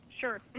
Sure